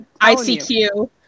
icq